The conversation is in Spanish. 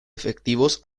efectivos